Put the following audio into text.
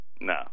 no